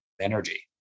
Energy